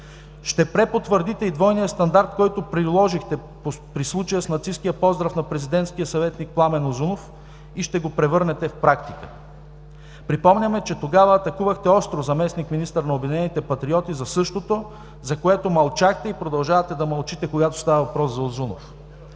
Ще препотвърдите и двойния стандарт, който приложихте при случая с нацисткия поздрав на президентския съветник Пламен Узунов и ще го превърнете в практика. Припомняме, че тогава атакувахте остро заместник-министър на „Обединените патриоти“ за същото, за което мълчахте и продължавате да мълчите, когато става въпрос за Узунов.